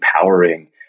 empowering